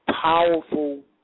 powerful